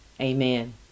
Amen